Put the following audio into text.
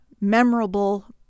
memorable